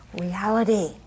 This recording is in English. reality